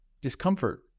discomfort